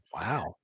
wow